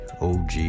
OG